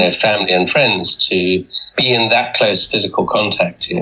and family and friends, to be in that close physical contact.